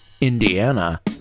Indiana